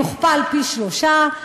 יגדל פי-שלושה,